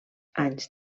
anys